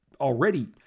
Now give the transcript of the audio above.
already